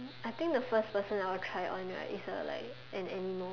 I think the first person I will try on right is a like an animal